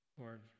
lord